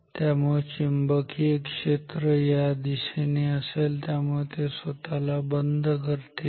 त्यामुळे चुंबकीय क्षेत्र या दिशेने असेल त्यामुळे ते स्वतःला बंद करतील